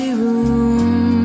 room